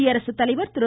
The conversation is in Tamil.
குடியரசுத்தலைவர் திரு